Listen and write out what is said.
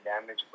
damage